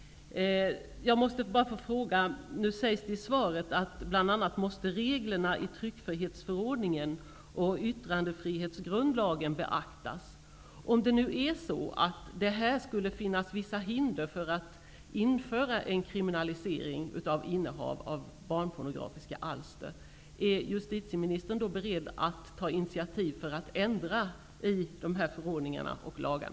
Det sägs i svaret att bl.a. måste reglerna i tryckfrihetsförordningen och yttrandefrihetsgrundlagen beaktas. Om det här skulle finnas vissa hinder för att införa en kriminalisering av innehav av barnpornografiska alster, är justitieministern då beredd att ta initiativ för att ändra i dessa förordningar och lagar?